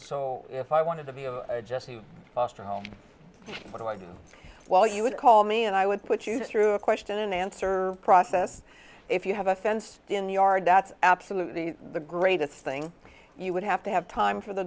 so if i wanted to be a foster home what i did while you would call me and i would put you through a question and answer process if you have a fenced in yard that's absolutely the greatest thing you would have to have time for the